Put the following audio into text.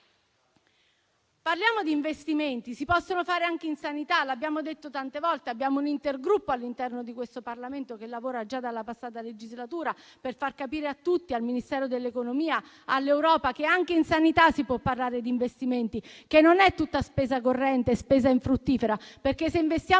Parliamo di investimenti: si possono fare anche in sanità, come abbiamo detto tante volte. Abbiamo un intergruppo all'interno del Parlamento, che lavora già dalla passata legislatura per far capire a tutti, al Ministero dell'economia e delle finanze e all'Europa, che anche in sanità si può parlare di investimenti, che non è tutta spesa corrente, spesa infruttifera. Se investiamo